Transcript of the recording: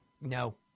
No